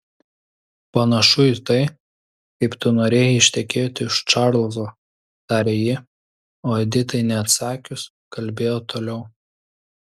panašu į tai kaip tu norėjai ištekėti už čarlzo tarė ji o editai neatsakius kalbėjo toliau